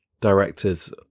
directors